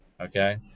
okay